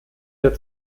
der